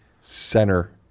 center